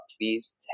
please